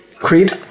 Creed